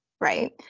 Right